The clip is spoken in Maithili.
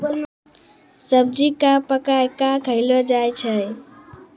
सब्जी क पकाय कॅ खयलो जाय छै